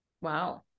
Wow